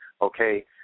Okay